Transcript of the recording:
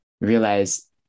realize